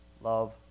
love